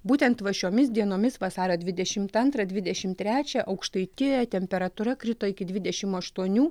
būtent va šiomis dienomis vasario dvidešimt antrą dvidešimt trečią aukštaitijoje temperatūra krito iki dvidešimt aštuonių